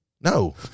no